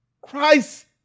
Christ